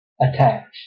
attached